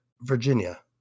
Virginia